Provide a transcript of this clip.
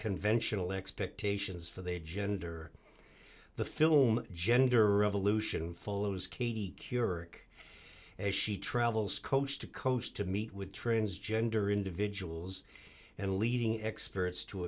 conventional expectations for the gender the film gender revolution follows katie keurig as she travels coast to coast to meet with transgender individuals and leading experts to